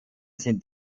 sind